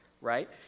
right